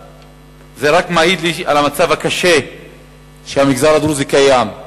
זה רק מעיד על המצב הקשה שבו המגזר הדרוזי מתקיים,